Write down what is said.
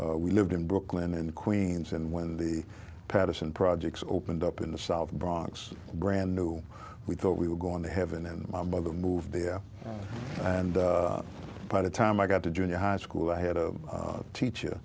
we lived in brooklyn and queens and when the patterson projects opened up in the south bronx brand new we thought we were going to heaven and my mother moved and by the time i got to junior high school i had a teacher